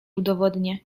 udowodnię